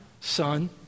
Son